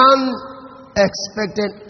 Unexpected